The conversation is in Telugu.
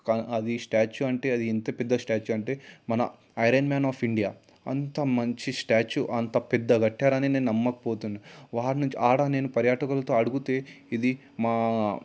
అది స్టాచ్యూ అంటే అది ఎంత పెద్ద స్టాచ్యూ అంటే మన ఐరన్ మాన్ ఆఫ్ ఇండియా అంతా మంచి స్టాచ్యూ అంత పెద్ద కట్టారని నేను నమ్మకపోతున్న వారిని అక్కడ నేను పర్యాటకలతో అడుగుతే ఇది మా